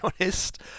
honest